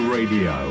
Radio